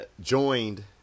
joined